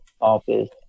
office